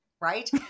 right